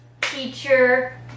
teacher